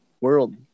world